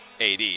AD